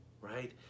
right